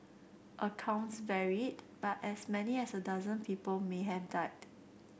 accounts varied but as many as a dozen people may have died